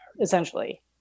essentially